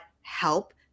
help